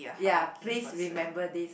ya please remember this